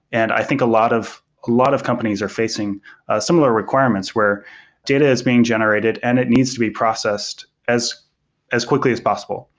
and i think of a lot of companies are facing similar requirements where data is being generated and it needs to be processed as as quickly as possible,